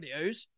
videos